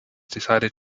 decided